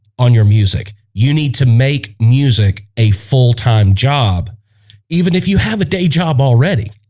on your music you need to make music a full-time job even if you have a day job already